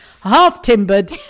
half-timbered